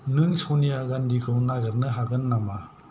नों सनिया गान्धिखौ नागेरनो हागोन नामा